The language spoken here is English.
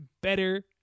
better